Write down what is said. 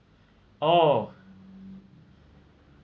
oh